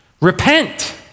Repent